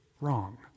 Wrong